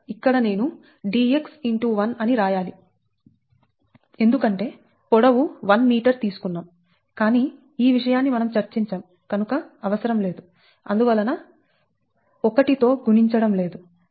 1 అని రాయాలి ఎందుకంటే పొడవు 1m తీసుకున్నాంకానీ ఈ విషయాన్ని మనం చర్చించాం కనుక అవసరం లేదు అందువలన 1 తో గుణించడం లేదు Hx